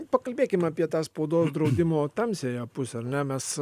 pakalbėkim apie tą spaudos draudimo tamsiąją pusę ar ne mes